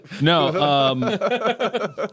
No